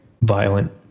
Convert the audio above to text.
violent